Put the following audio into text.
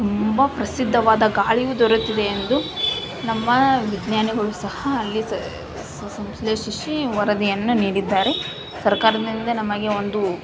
ತುಂಬ ಪ್ರಸಿದ್ಧವಾದ ಗಾಳಿಯೂ ದೊರೆತಿದೆ ಎಂದು ನಮ್ಮ ವಿಜ್ಞಾನಿಗಳು ಸಹ ಅಲ್ಲಿ ಸಂಶ್ಲೇಷಿಶಿ ವರದಿಯನ್ನು ನೀಡಿದ್ದಾರೆ ಸರ್ಕಾರದಿಂದ ನಮಗೆ ಒಂದು